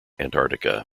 antarctica